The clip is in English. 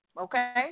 Okay